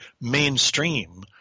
mainstream